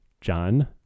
John